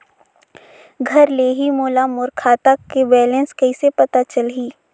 घर ले ही मोला मोर खाता के बैलेंस कइसे पता चलही?